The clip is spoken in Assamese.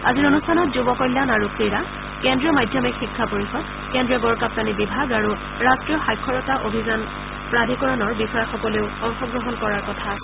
আজিৰ অনুষ্ঠানত যুৱ কল্যাণ আৰু ক্ৰীড়া কেন্দ্ৰীয় মাধ্যমিক শিক্ষা পৰিযদ কেন্দ্ৰীয় গড়কাগুানী বিভাগ আৰু ৰট্টীয় সাক্ষৰতা অভিযান প্ৰাধিকৰণৰ বিষয়াসকলেও অংশ গ্ৰহণ কৰাৰ কথা আছে